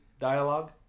dialogue